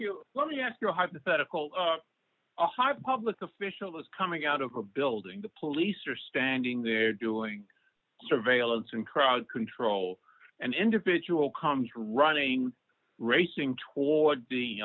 you let me ask your hypothetical a high public official is coming out of a building the police are standing there doing surveillance and crowd control and individual comes running racing toward the